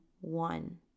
one